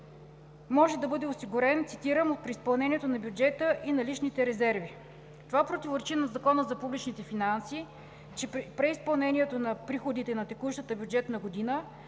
може да бъде осигурен, цитирам: „При изпълнението на бюджета и наличните резерви“. Това противоречи на Закона за публичните финанси, че преизпълнението на приходите за текущата бюджетна година